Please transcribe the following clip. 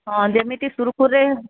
ହଁ ଯେମିତି ସୁରୁଖୁରୁରେ